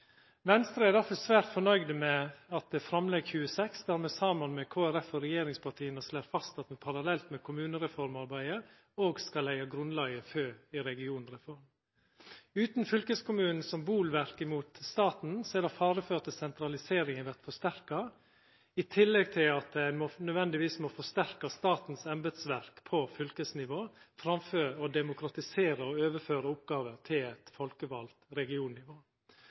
Venstre er derfor svært fornøgd med framlegg nr. 26, der me saman med Kristeleg Folkeparti og regjeringspartia slår fast at me parallelt med kommunereformarbeidet skal leggja grunnlaget for ei regionreform. Utan fylkeskommunen som bolverk mot staten er det fare for at sentraliseringa vert forsterka, i tillegg til at ein nødvendigvis må forsterka statens embetsverk på fylkesnivå framfor å demokratisera og overføra oppgåver til eit folkevalt regionnivå.